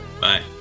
Bye